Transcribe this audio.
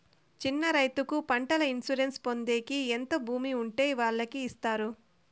చిన్న రైతుకు పంటల ఇన్సూరెన్సు పొందేకి ఎంత భూమి ఉండే వాళ్ళకి ఇస్తారు?